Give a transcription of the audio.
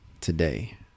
today